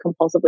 compulsively